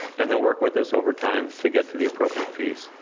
and then work with us over time to get to the appropriate fees.